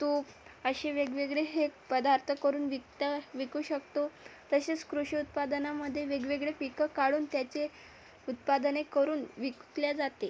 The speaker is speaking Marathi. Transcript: तूप असे वेगवेगळे हे पदार्थ करून विकता विकू शकतो तसेच कृषी उत्पादनामध्ये वेगवेगळे पिकं काढून त्याचे उत्पादने करून विकले जाते